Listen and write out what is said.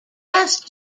best